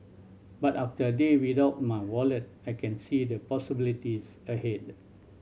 but after a day without my wallet I can see the possibilities ahead